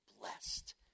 blessed